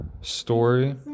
story